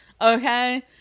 Okay